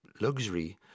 luxury